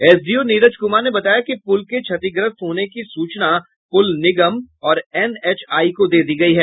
SDO Nijar Kumar ने बताया कि पुल के क्षतिग्रस्त होने की सूचना पुल निगम और एनएचआई को दे दी गयी है